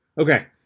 Okay